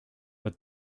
but